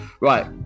Right